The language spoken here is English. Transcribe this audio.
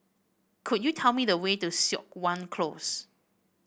could you tell me the way to Siok Wan Close